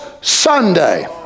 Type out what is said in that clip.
Sunday